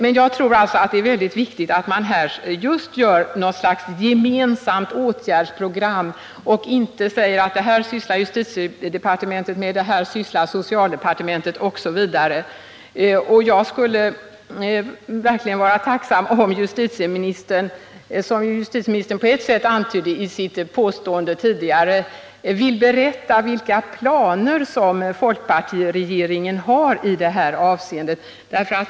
Men jag tror att det är väldigt viktigt att man här gör något slags gemensamt åtgärdsprogram och inte säger att detta sysslar justitiedepartementet med, detta sysslar socialdepartementet med osv. Jag skulle verkligen vara tacksam om justitieministern — vilket justitieministern på ett sätt antydde i sitt påstående tidigare — ville berätta vilka planer folkpartiregeringen har i det här avseendet.